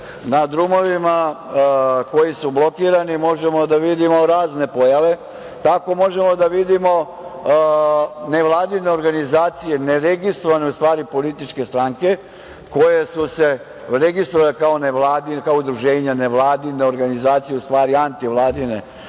Na drumovima koji su blokirani možemo da vidimo razne pojave. Tako možemo da vidimo nevladine organizacije, neregistrovane u stvari političke stranke koje su se registrovale kao nevladine, kao udruženja, nevladine organizacije, u stvari anti vladine